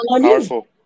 powerful